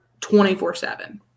24-7